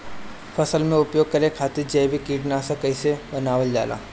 फसल में उपयोग करे खातिर जैविक कीटनाशक कइसे बनावल जाला?